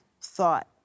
thought